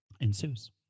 ensues